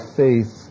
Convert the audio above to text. faith